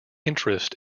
interest